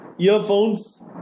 earphones